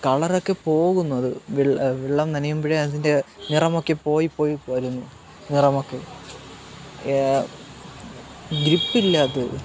കളറൊക്കെ പോകുന്നു അത് വെള്ളം നനയുമ്പോഴേ അതിന്റെ നിറമൊക്കെപ്പോയ്പ്പോയി പോരുന്നു നിറമൊക്കെ ഗ്രിപ്പില്ലത്